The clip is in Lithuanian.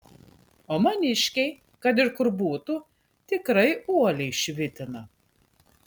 o maniškiai kad ir kur būtų tikrai uoliai švitina